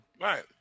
Right